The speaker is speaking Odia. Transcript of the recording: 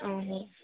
ଓ ହୋ